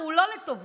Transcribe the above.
והוא לא לטובה,